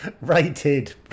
rated